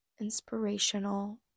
inspirational